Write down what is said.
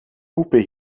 lupe